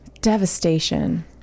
Devastation